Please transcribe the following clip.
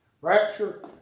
Rapture